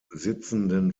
sitzenden